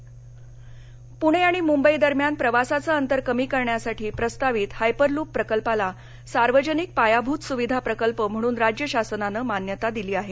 Hyperloop Pune आणि मुंबई दरम्यान प्रवासाचं अंतर कमी करण्यासाठी प्रस्तावित हायपरलूप प्रकल्पाला सार्वजनिक पायाभूत सुविधा प्रकल्प म्हणून राज्य शासनानं मान्यता दिली आहे